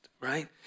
right